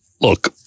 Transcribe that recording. Look